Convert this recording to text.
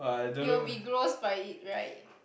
you'll be gross by it right